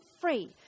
free